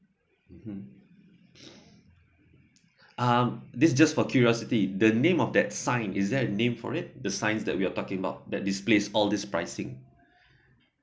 mmhmm um this just for curiosity the name of that sign is that name for it the signs that we're talking about that displays all this pricing